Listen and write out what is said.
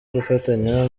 gufatanya